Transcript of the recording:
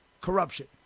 corruption